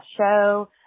show